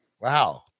Wow